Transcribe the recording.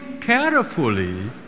carefully